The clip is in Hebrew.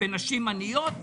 בנשים עניות,